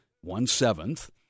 one-seventh